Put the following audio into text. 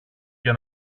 για